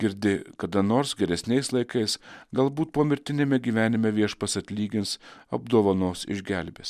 girdi kada nors geresniais laikais galbūt pomirtiniame gyvenime viešpats atlygins apdovanos išgelbės